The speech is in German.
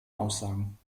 aussagen